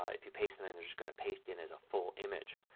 ah if you paste them in, they're just going to paste in as a full image.